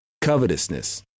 Covetousness